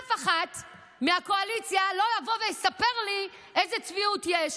ואף אחת מהקואליציה לא יבוא ויספר לי איזו צביעות יש,